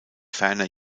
ferner